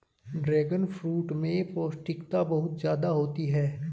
dragon fruit में पौष्टिकता बहुत ज्यादा होती है